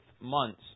months